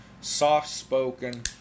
soft-spoken